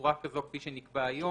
בצורה כזאת כפי שנקבע היום.